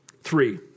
three